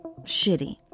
Shitty